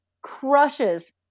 crushes